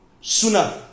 sooner